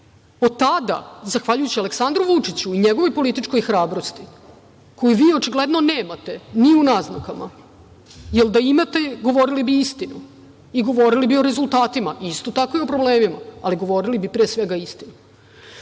Od tada, zahvaljujući Aleksandru Vučiću i njegovoj političkoj hrabrosti koju vi očigledno nemate ni u naznakama, jer da je imate govorili bi istinu i govorili bi o rezultatima, isto tako i o problemima, ali govorili bi, pre svega istinu,